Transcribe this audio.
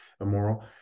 immoral